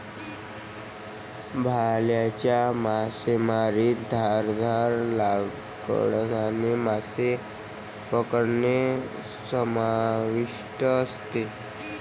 भाल्याच्या मासेमारीत धारदार लाकडाने मासे पकडणे समाविष्ट असते